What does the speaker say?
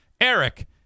Eric